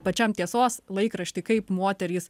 pačiam tiesos laikrašty kaip moterys